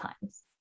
times